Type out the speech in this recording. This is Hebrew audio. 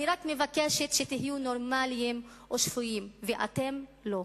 אני רק מבקשת שתהיו נורמליים או שפויים, ואתם לא.